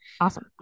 awesome